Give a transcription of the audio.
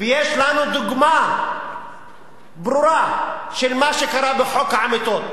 ויש לנו דוגמה ברורה של מה שקרה בחוק העמותות,